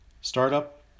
startup